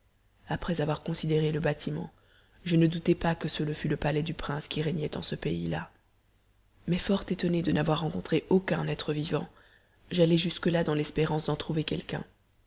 après avoir considéré le bâtiment je ne doutai pas que ce ne fût le palais du prince qui régnait en ce pays-là mais fort étonnée de n'avoir rencontré aucun être vivant j'allai jusque-là dans l'espérance d'en trouver quelqu'un